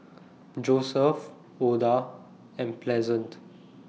Joesph Oda and Pleasant